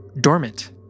dormant